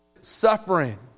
suffering